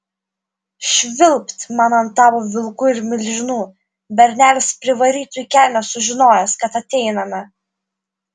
švilpt man ant tavo vilkų ir milžinų bernelis privarytų į kelnes sužinojęs kad ateiname